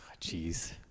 Jeez